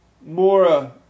Mora